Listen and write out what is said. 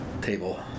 table